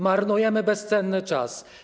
Marnujemy bezcenny czas.